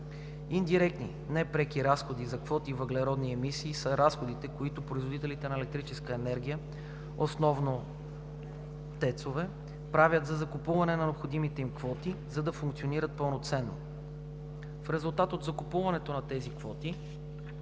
Индиректни (непреки) разходи за квоти въглеродни емисии са разходите, които производителите на електрическа енергия (основно ТЕЦ) правят за закупуване на необходимите им квоти, за да функционират пълноценно. В резултат от закупуването на тези квоти